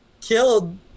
killed